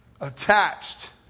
Attached